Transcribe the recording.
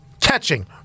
catching